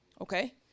okay